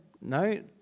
No